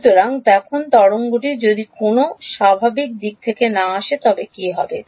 সুতরাং এখন তরঙ্গটি যদি কোনও স্বাভাবিক দিক থেকে না আসে তবে কী হবে